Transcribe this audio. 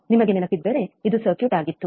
ನಿಮಗೆ ನೆನಪಿದ್ದರೆ ಇದು ಸರ್ಕ್ಯೂಟ್ ಆಗಿತ್ತು